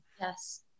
Yes